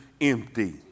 empty